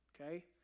Okay